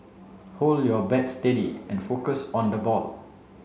hold your bat steady and focus on the ball